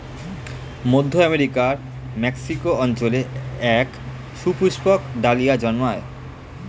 মধ্য আমেরিকার মেক্সিকো অঞ্চলে এক সুপুষ্পক ডালিয়া জন্মায়